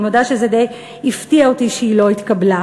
אני מודה שזה די הפתיע אותי שהיא לא התקבלה.